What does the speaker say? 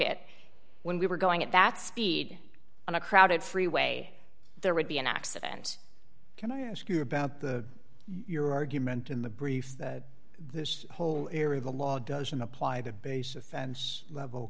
it when we were going at that speed on a crowded freeway there would be an accident can i ask you about the your argument in the brief that this whole area the law doesn't apply the base offense level